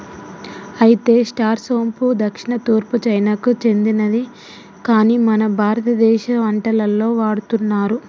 అయితే స్టార్ సోంపు దక్షిణ తూర్పు చైనాకు సెందినది కాని మన భారతదేశ వంటలలో వాడుతున్నారు